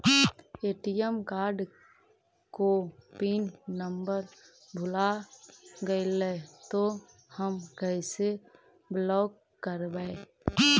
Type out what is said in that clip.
ATM card को pin number भुला गैले तौ हम कैसे ब्लॉक करवै?